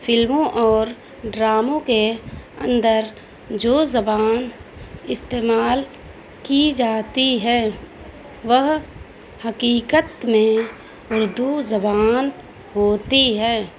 فلموں اور ڈراموں کے اندر جو زبان استعمال کی جاتی ہے وہ حقیقت میں اردو زبان ہوتی ہے